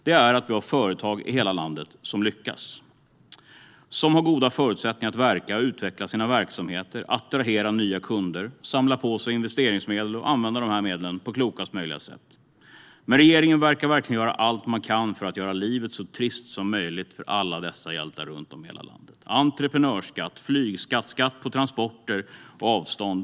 Det är att vi har företag i hela landet som lyckas och som har goda förutsättningar att verka och utveckla sina verksamheter, attrahera nya kunder och samla på sig investeringsmedel och använda dem på klokast möjliga sätt. Men regeringen verkar göra allt man kan för att göra livet så trist som möjligt för alla dessa hjältar runt om i hela landet genom entreprenörsskatt, flygskatt och skatt på transporter och avstånd.